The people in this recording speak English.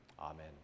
Amen